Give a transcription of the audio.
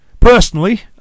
Personally